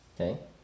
Okay